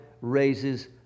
raises